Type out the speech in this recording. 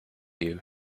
you